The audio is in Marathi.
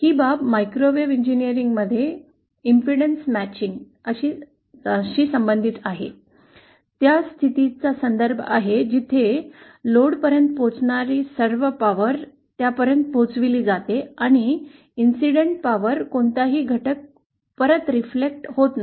ही बाब मायक्रोवेव्ह अभियांत्रिकीमध्ये प्रतिबाधा जुळण्याशी संबंधित आहे त्या स्थितीचा संदर्भ आहे जिथे लोडपर्यंत पोहोचणारी सर्व शक्ती त्यापर्यंत पोहोचविली जाते आणि घटना शक्तीचा कोणताही घटक परत प्रतिबिंबित होत नाही